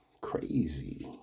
crazy